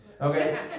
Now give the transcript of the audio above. Okay